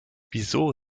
wieso